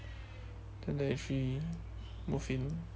twenty twenty three move in